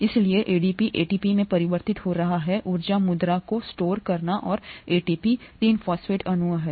इसलिए ADP ATP में परिवर्तित हो रहा है ऊर्जा मुद्रा को स्टोर करना और एटीपी 3 फॉस्फेट अणु है